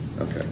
Okay